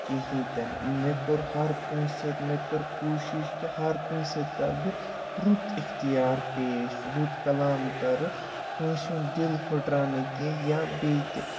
کِہیٖنۍ تہِ نہٕ مےٚ کوٚر ہَر کٲنٛسہِ سۭتۍ مےٚ کٔر کوٗشِش کہِ ہَر کٲنٛسہِ سۭتۍ کَرٕ بہٕ رُت اِختیار پیش رُت کَلام کَرٕ کٲنٛسہِ ہُنٛد دِل پھٕٹراونہٕ کینٛہہ یا بیٚیہِ تہِ